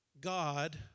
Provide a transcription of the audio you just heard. God